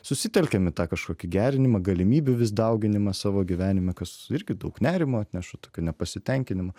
susitelkiam į tą kažkokį gerinimą galimybių vis dauginimą savo gyvenime kas irgi daug nerimo atneša tokio nepasitenkinimo